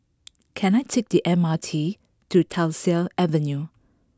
can I take the M R T to Tyersall Avenue